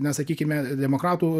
na sakykime demokratų